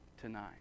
tonight